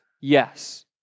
Yes